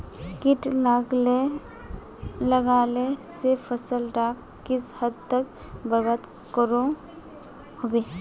किट लगाले से फसल डाक किस हद तक बर्बाद करो होबे?